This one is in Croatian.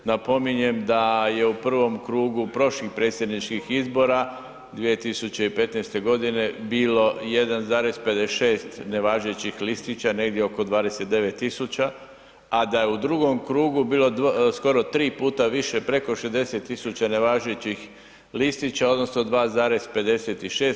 Napominjem da je u prvom krugu prošlih predsjedničkih izbora, 2015. g. bilo 1,56 nevažećih listića, negdje oko 29 000 a da je u drugom krugu bilo skoro tri puta više, preko 60 000 nevažećih listića odnosno 2,56.